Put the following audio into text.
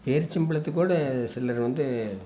பேரிச்சம் பழத்துக்கு கூட சிலர் வந்து